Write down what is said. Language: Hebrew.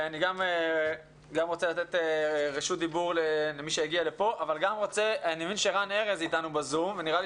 אני מבין שרן ארז אתנו ב-זום ונראה לי